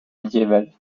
médiéval